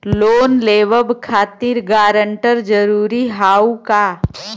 Loan लेवब खातिर guarantor जरूरी हाउ का?